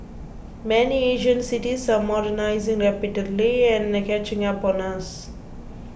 many Asian cities are modernising rapidly and catching up on us